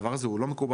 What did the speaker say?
הדבר הזה הוא לא מקובל,